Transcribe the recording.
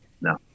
no